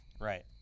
Right